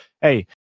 hey